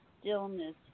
stillness